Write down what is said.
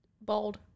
Bald